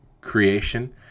creation